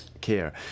care